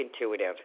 intuitive